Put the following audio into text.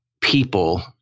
people